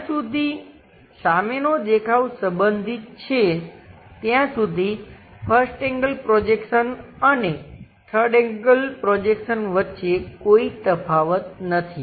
જ્યાં સુધી સામેનો દેખાવ સંબંધિત છે ત્યાં સુધી 1st એંગલ પ્રોજેક્શન અને 3rd એંગલ પ્રોજેક્શન વચ્ચે કોઈ તફાવત નથી